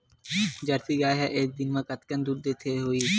Jersey गाय ह एक दिन म कतेकन दूध देत होही?